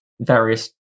various